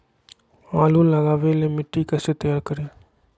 आलु लगावे ला मिट्टी कैसे तैयार करी?